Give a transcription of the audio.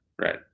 right